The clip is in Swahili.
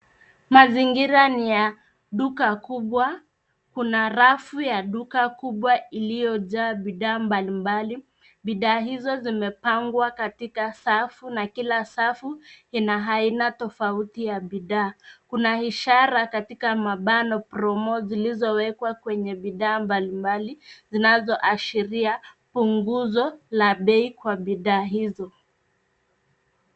Mazingira ni ya duka kubwa, kuna rafu ya duka kubwa iliyojaa bidhaa mbalimbali. Bidhaa hizo zimepangwa katika safu na kila safu ina aina tofauti ya bidhaa. Kuna ishara katika mabano, promo zilizowekwa kwenye bidhaa mbalimbali, zinazoashiria punguzo la bei kwa bidhaa hizo.